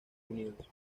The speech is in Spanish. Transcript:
unidos